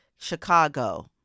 Chicago